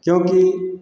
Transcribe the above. क्योंकि